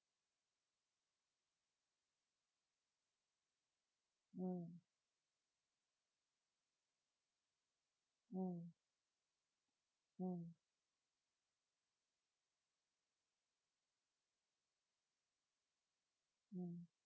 mm mm mm mm